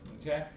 Okay